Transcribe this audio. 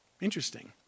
Interesting